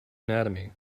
anatomy